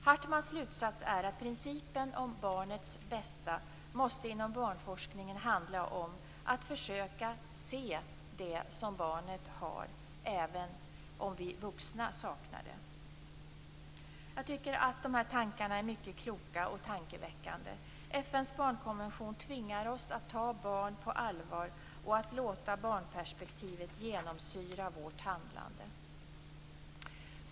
Hartmans slutsats är att inom barnforskningen måste principen om barnet bästa handla om att försöka se det som barnet har, även om vi vuxna saknar det. Jag tycker att de här tankarna är mycket kloka och tankeväckande. FN:s barnkonvention tvingar oss att ta barn på allvar och att låta barnperspektivet genomsyra vårt handlande.